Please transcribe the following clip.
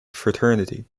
fraternity